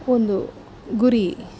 ಒಂದು ಗುರಿ